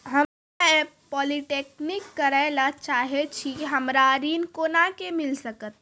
हम्मे पॉलीटेक्निक करे ला चाहे छी हमरा ऋण कोना के मिल सकत?